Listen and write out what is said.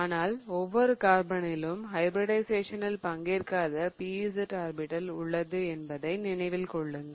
ஆனால் ஒவ்வொரு கார்பனிலும் ஹைபிரிடிஷயேசனில் பங்கேற்காத pz ஆர்பிடல் உள்ளது என்பதை நினைவில் கொள்ளுங்கள்